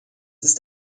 ist